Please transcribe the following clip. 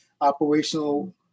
operational